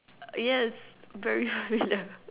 yes very familiar